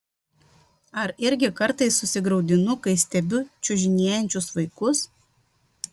ar irgi kartais susigraudinu kai stebiu čiužinėjančius vaikus